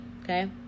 okay